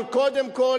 אבל קודם כול,